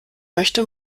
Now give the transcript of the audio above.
möchte